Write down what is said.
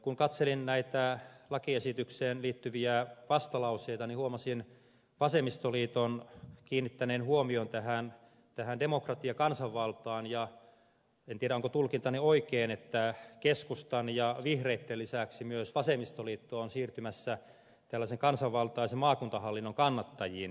kun katselin näitä lakiesitykseen liittyviä vastalauseita niin huomasin vasemmistoliiton kiinnittäneen huomion tähän demokratiaan kansanvaltaan ja en tiedä onko tulkintani oikein keskustan ja vihreitten lisäksi myös vasemmistoliiton olevan siirtymässä tällaisen kansanvaltaisen maakuntahallinnon kannattajiin